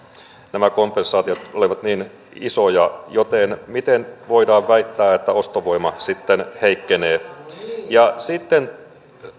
nämä kompensaatiot olivat niin isoja joten miten voidaan väittää että ostovoima sitten heikkenee sitten